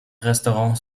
restaurants